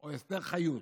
או אסתר חיות